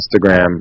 Instagram